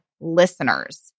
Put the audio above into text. listeners